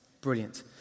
brilliant